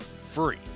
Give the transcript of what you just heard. Free